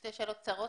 שתי שאלות קצרות.